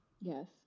yes